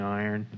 iron